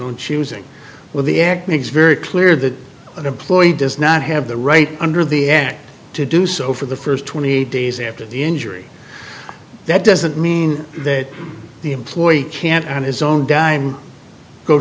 own choosing when the act makes very clear that an employee does not have the right under the act to do so for the first twenty days after the injury that doesn't mean that the employee can't on his own dime go